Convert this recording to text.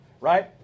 right